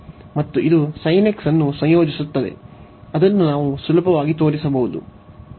ಮತ್ತು ಇದು ಅನ್ನು ಸಂಯೋಜಿಸುತ್ತದೆ ಅದನ್ನು ನಾವು ಸುಲಭವಾಗಿ ತೋರಿಸಬಹುದು